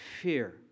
Fear